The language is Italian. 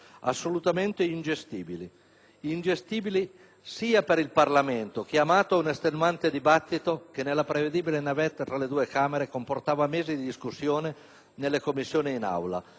assolutamente ingestibili. Ingestibili sia per il Parlamento, chiamato ad un estenuante dibattito, che nella prevedibile navetta tra le due Camere comportava mesi di discussione nelle Commissioni e in Aula.